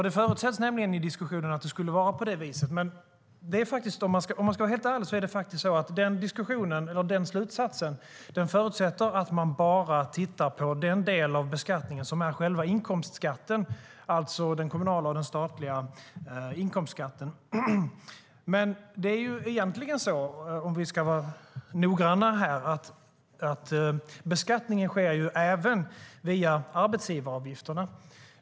Det förutsätts nämligen i diskussionen att det skulle vara på det viset, men om man ska vara helt ärlig förutsätter den slutsatsen att man bara tittar på den del av beskattningen som är själva inkomstskatten, alltså den kommunala och den statliga inkomstskatten. Men om vi ska vara noggranna här är det egentligen så att beskattningen sker även via arbetsgivaravgifterna.